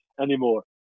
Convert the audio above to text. anymore